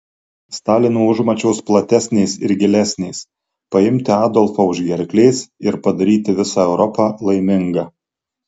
stalino užmačios platesnės ir gilesnės paimti adolfą už gerklės ir padaryti visą europą laimingą